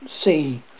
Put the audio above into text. see